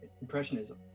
Impressionism